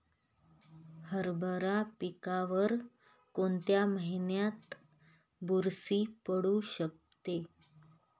हरभरा पिकावर कोणत्या महिन्यात बुरशी पडू शकते?